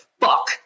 fuck